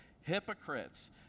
hypocrites